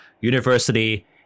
university